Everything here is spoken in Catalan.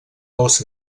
als